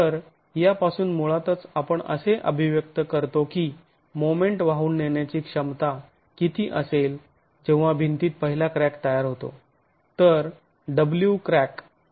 तर यापासून मुळातच आपण असे अभिव्यक्त करतो की मोमेंट वाहून नेण्याची क्षमता किती असेल जेव्हा भिंतीत पहिला क्रॅक तयार होतो